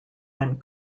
when